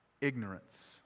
Ignorance